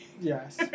Yes